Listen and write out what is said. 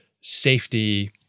safety